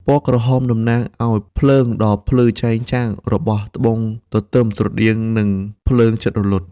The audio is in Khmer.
ពណ៍ក្រហមតំណាងឱ្យភ្លើងដ៏ភ្លឺចែងចាំងរបស់ត្បូងទទឹមស្រដៀងនឹងភ្លើងជិតរលត់។